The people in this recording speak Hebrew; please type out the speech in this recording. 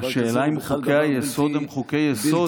השאלה אם חוקי-היסוד הם חוקי-יסוד